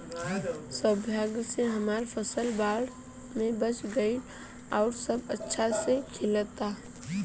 सौभाग्य से हमर फसल बाढ़ में बच गइल आउर अभी अच्छा से खिलता